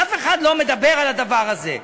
אף אחד לא מדבר על הדבר הזה.